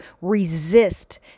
resist